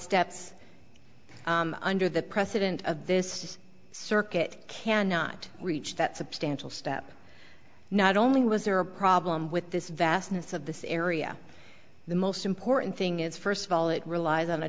steps under the precedent of this circuit cannot reach that substantial step not only was there a problem with this vastness of this area the most important thing is first of all it relies on a